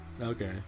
okay